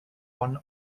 one